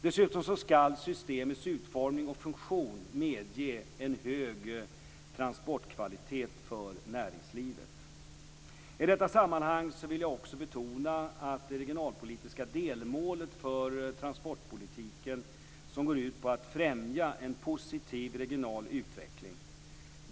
Dessutom skall systemets utformning och funktion medge en hög transportkvalitet för näringslivet. I detta sammanhang vill jag också betona det regionalpolitiska delmålet för transportpolitiken som går ut på att främja en positiv regional utveckling.